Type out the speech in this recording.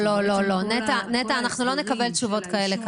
נטע, אנחנו לא נקבל תשובות כאלה.